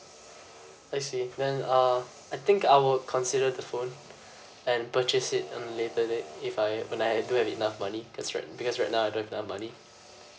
I see then uh I think I would consider the phone and purchase it on later date if I've when I've do have enough money because right n~ because right now I don't have enough money